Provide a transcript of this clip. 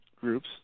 groups